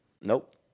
Nope